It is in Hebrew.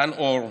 גן אור,